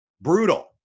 brutal